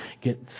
Get